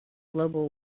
global